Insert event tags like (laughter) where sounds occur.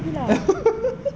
(laughs)